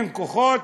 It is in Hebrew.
אין כוחות,